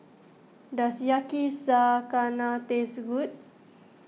does Yakizakana taste good